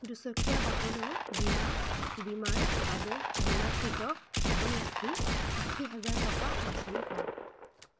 দুচকীয়া বাহনৰ বীমা বীমাৰ বাবে বীমাকৃত ধনৰাশি আশী হাজাৰ টকা বাছনি কৰক